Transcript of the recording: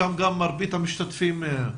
שם גם מרבית המשתתפים.